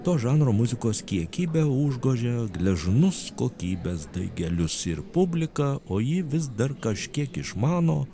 to žanro muzikos kiekybė užgožė gležnus kokybės daigelius ir publika o ji vis dar kažkiek išmano